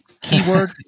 keyword